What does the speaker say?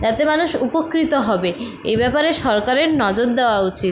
তাতে মানুষ উপকৃত হবে এই ব্যাপারে সরকারের নজর দেওয়া উচিত